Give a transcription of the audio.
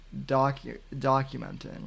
documenting